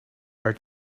are